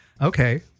Okay